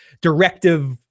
Directive